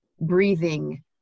breathing